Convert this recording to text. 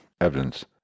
evidence